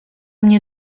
mnie